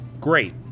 Great